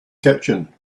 kitchen